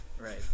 Right